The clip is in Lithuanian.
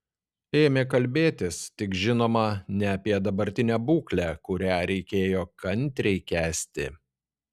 ėmė kalbėtis tik žinoma ne apie dabartinę būklę kurią reikėjo kantriai kęsti